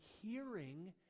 hearing